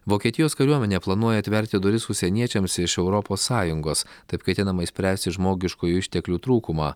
vokietijos kariuomenė planuoja atverti duris užsieniečiams iš europos sąjungos taip ketinama išspręsti žmogiškųjų išteklių trūkumą